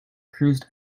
cruised